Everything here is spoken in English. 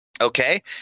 Okay